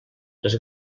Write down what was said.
les